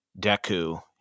Deku